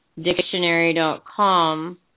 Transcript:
dictionary.com